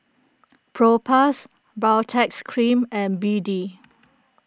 Propass Baritex Cream and B D